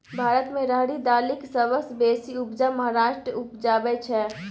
भारत मे राहरि दालिक सबसँ बेसी उपजा महाराष्ट्र उपजाबै छै